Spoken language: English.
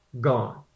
gone